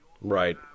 right